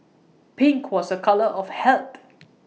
pink was A colour of health